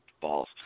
Balls